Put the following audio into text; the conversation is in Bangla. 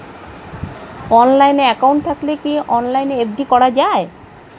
অনলাইন একাউন্ট থাকলে কি অনলাইনে এফ.ডি করা যায়?